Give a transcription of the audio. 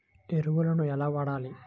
ఎరువులను ఎలా వాడాలి?